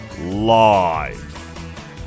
Live